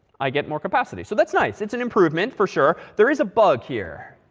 i get more capacity. so that's nice. it's an improvement for sure. there is a bug here.